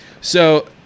So-